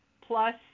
plus